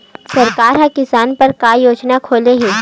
सरकार ह किसान बर का योजना खोले हे?